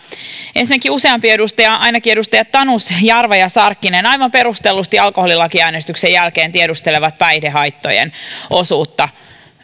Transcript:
ensinnäkin useampi edustaja ainakin edustajat tanus jarva ja sarkkinen aivan perustellusti alkoholilakiäänestyksen jälkeen tiedustelevat päihdehaittojen osuutta